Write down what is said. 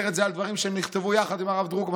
אומר את זה על דברים שנכתבו יחד עם הרב דרוקמן.